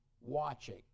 watching